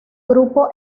grupo